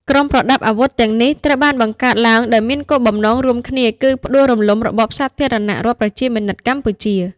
ក្រុមប្រដាប់អាវុធទាំងនេះ ត្រូវបានបង្កើតឡើងដោយមានគោលបំណងរួមគ្នាគឺផ្ដួលរំលំរបបសាធារណរដ្ឋប្រជាមានិតកម្ពុជា។